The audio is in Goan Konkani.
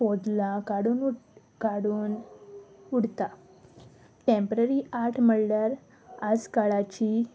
पोदलां काडून उ काडून उडता टेंम्प्ररी आर्ट म्हणल्यार आज काळाची